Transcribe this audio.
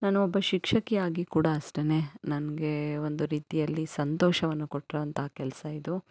ನಾನು ಒಬ್ಬ ಶಿಕ್ಷಕಿಯಾಗಿ ಕೂಡ ಅಷ್ಟೆ ನನಗೆ ಒಂದು ರೀತಿಯಲ್ಲಿ ಸಂತೋಷವನ್ನು ಕೊಟ್ಟಿರುವಂಥ ಕೆಲಸ ಇದು